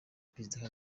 perezida